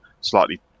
slightly